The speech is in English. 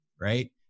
Right